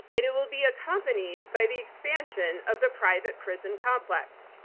and it will be accompanied by the expansion of the private prison complex.